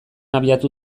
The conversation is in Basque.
abiatu